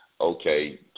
okay